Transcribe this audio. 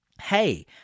hey